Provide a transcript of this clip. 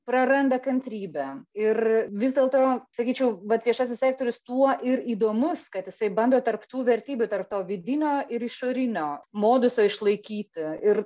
praranda kantrybę ir vis dėlto sakyčiau vat viešasis sektorius tuo ir įdomus kad jisai bando tarp tų vertybių tarp to vidinio ir išorinio moduso išlaikyti ir